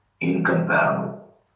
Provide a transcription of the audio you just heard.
incomparable